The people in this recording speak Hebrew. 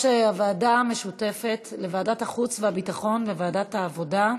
הוועדה המשותפת לוועדת החוץ והביטחון וועדת העבודה,